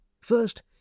First